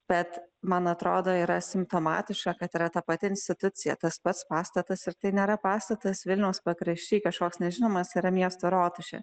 bet man atrodo yra simptomatiška kad yra ta pati institucija tas pats pastatas ir tai nėra pastatas vilniaus pakrašty kažkoks nežinomas yra miesto rotušė